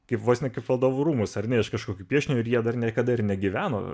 kaip vos ne kaip valdovų rūmus ar ne iš kažkokio piešinio ir jie dar niekada ir negyveno